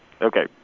Okay